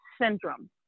syndrome